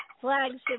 flagship